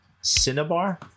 Cinnabar